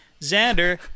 Xander